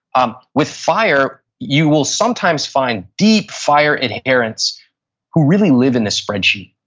um with fire, you will sometimes find deep fire adherence who really live in the spreadsheet.